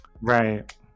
right